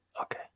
Okay